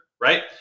Right